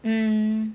mm